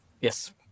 Yes